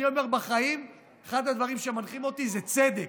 אני אומר, בחיים אחד הדברים שמנחים אותי זה צדק,